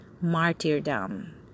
martyrdom